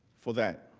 for that.